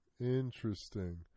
Interesting